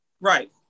Right